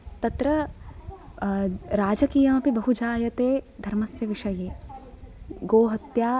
तत्र राजकीयमपि बहु जायते धर्मस्य विषये गोहत्या